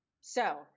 So-